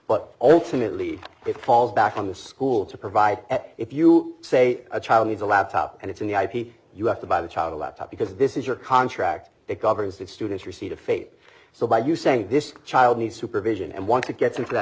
but alternately it falls back on the school to provide that if you say a child needs a laptop and it's in the ip you have to buy the child a laptop because this is your contract that governs that student's receipt of faith so by you saying this child needs supervision and once it gets into that